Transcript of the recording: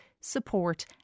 support